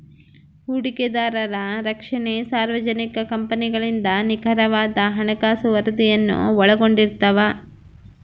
ಹೂಡಿಕೆದಾರರ ರಕ್ಷಣೆ ಸಾರ್ವಜನಿಕ ಕಂಪನಿಗಳಿಂದ ನಿಖರವಾದ ಹಣಕಾಸು ವರದಿಯನ್ನು ಒಳಗೊಂಡಿರ್ತವ